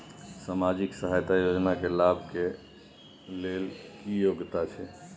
सामाजिक सहायता योजना के लाभ के लेल की योग्यता छै?